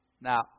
Now